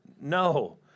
No